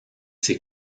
ses